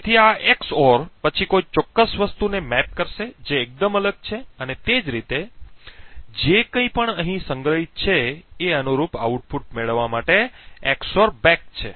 તેથી આ XOR પછી કોઈ ચોક્કસ વસ્તુને મેપ કરશે જે એકદમ અલગ છે અને તે જ રીતે જે કંઇપણ અહીં સંગ્રહિત છે એ અનુરૂપ આઉટપુટ મેળવવા માટે એક્સ ઓર બેક છે